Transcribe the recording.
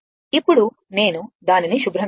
ఇప్పుడు నేను దానిని శుభ్రం చేస్తాను